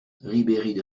ribéride